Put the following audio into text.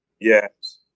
Yes